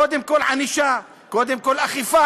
קודם כול ענישה, קודם כול אכיפה.